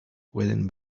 pueden